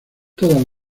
todas